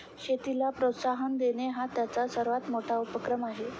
शेतीला प्रोत्साहन देणे हा त्यांचा सर्वात मोठा उपक्रम आहे